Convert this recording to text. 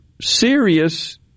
serious